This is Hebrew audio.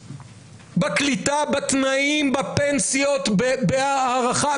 בקליטה, בתנאים, בפנסיות, בהערכה.